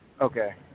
Okay